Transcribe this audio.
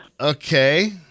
Okay